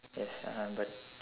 yes uh but